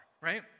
right